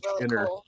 inner